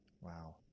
Wow